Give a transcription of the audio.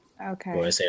Okay